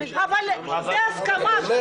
אבל זה הסכמה.